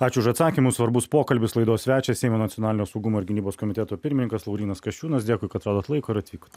ačiū už atsakymus svarbus pokalbis laidos svečias seimo nacionalinio saugumo ir gynybos komiteto pirminkas laurynas kasčiūnas dėkui kad radot laiko ir atvykot